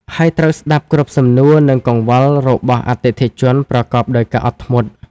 ហើយត្រូវស្តាប់គ្រប់សំណួរ និងកង្វល់របស់អតិថិជនប្រកបដោយការអត់ធ្មត់។